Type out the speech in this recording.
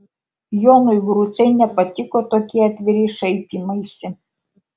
jonui grucei nepatiko tokie atviri šaipymaisi